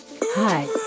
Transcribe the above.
Hi